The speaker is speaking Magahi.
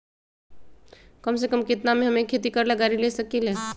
कम से कम केतना में हम एक खेती करेला गाड़ी ले सकींले?